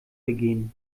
begehen